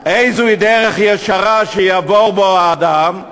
איזוהי דרך ישרה שיבור לו האדם",